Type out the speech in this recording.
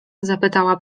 zapytała